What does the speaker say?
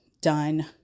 done